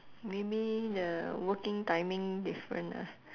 maybe the working timing different ah